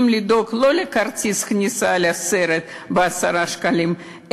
לדאוג לא לכרטיס כניסה לסרט ב-10 שקלים,